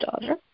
daughter